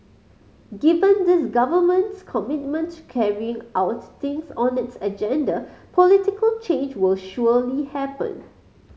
given this Government's commitment to carrying out things on its agenda political change will surely happen